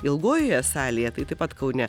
ilgojoje salėje tai taip pat kaune